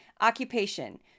Occupation